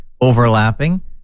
overlapping